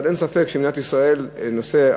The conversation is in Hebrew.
אבל אין ספק שבמדינת ישראל המכס,